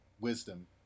Wisdom